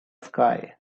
sky